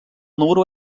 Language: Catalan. número